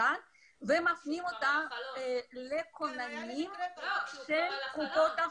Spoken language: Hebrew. במצוקה ומפנים אותו לכוננים של קופות החולים.